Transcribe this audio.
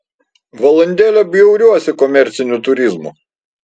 valandėlę bjauriuosi komerciniu turizmu